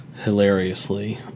Hilariously